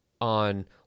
on